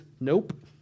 nope